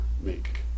make